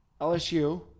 LSU